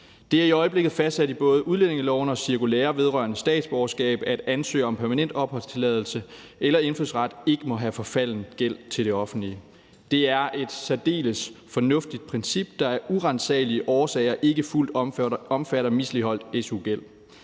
Det er i øjeblikket fastsat i både udlændingeloven og cirkulæret vedrørende statsborgerskab, at ansøgere om permanent opholdstilladelse eller indfødsret ikke må have forfalden gæld til det offentlige. Det er et særdeles fornuftigt princip, der af uransagelige årsager ikke fuldt omfatter misligholdt su-gæld.